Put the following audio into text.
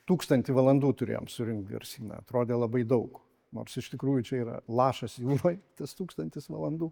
tūkstantį valandų turėjom surinkt garsyną atrodė labai daug nors iš tikrųjų čia yra lašas jūroj tas tūkstantis valandų